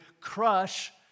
crush